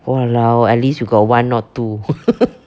!walao! at least you got one or two